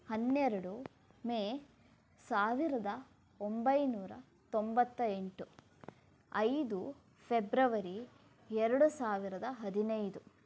ಹನ್ನೆರಡು ಮೇ ಸಾವಿರದ ಒಂಬೈನೂರ ತೊಂಬತ್ತ ಎಂಟು ಐದು ಫೆಬ್ರವರಿ ಎರಡು ಸಾವಿರದ ಹದಿನೈದು